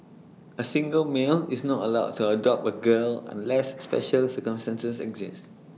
A single male is not allowed to adopt A girl unless special circumstances exist